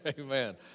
Amen